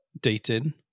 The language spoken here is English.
dating